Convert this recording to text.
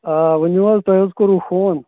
آ ؤنِو حظ تۄہہِ حظ کوٚروٕ فون